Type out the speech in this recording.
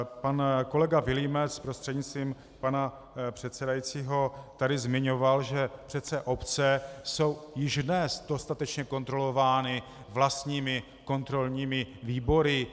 Pan kolega Vilímec prostřednictvím pana předsedajícího tady zmiňoval, že přece obce jsou již dnes dostatečně kontrolovány vlastními kontrolními výbory.